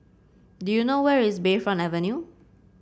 do you know where is Bayfront Avenue